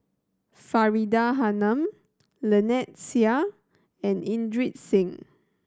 Faridah Hanum Lynnette Seah and Singh